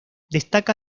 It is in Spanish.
destaca